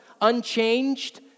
unchanged